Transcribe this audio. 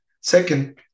Second